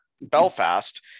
Belfast